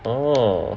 orh